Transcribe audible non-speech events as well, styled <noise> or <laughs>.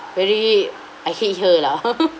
very I hate her lah <laughs>